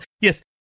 yes